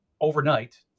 overnight